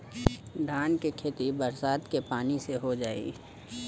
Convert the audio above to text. धान के खेती बरसात के पानी से हो जाई?